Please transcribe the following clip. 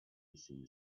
missing